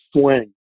swing